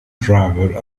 driver